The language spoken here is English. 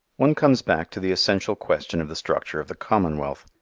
one comes back to the essential question of the structure of the commonwealth.